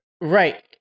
Right